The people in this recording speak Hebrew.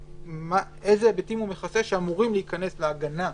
איזה היבטים הוא מכסה שאמורים להיכנס להגנה,